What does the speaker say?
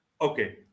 Okay